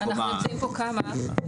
במקומה,